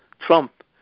Trump